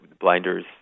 Blinders